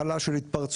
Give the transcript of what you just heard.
מחלה של התפרצויות,